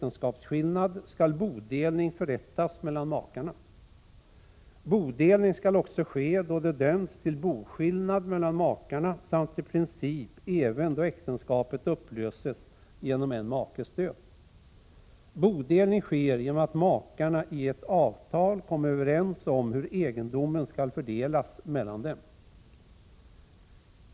ning förrättas mellan makarna. Bodelning skall också ske då det dömts till boskillnad mellan makarna samt i princip även då äktenskapet upplöses genom en makes död. Bodelning sker genom att makarna i ett avtal kommer överens om hur egendomen skall fördelas mellan dem.